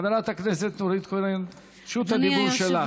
חברת הכנסת נורית קורן, רשות הדיבור שלך.